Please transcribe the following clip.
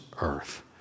earth